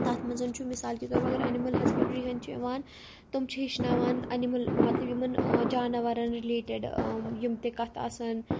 تَتھ منٛزن چھُ مِثال کے طور اگر انِمٕل ہَسبنٛڈری ہِنٛدۍ چھِ یِوان تم چھِ ہیٚچھناوان انِمٕل مطلب یِمَن جاناوَرَن رِلیٚٹِڈ یِم تہِ کَتھ آسَن